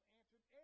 answered